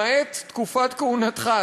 למעט תקופת כהונתך,